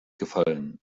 gefallen